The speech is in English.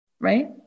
Right